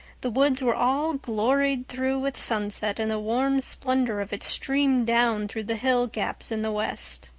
the woods were all gloried through with sunset and the warm splendor of it streamed down through the hill gaps in the west.